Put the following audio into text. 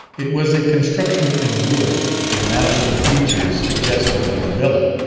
it was a construction in wood, with manifold features suggestive of the villa,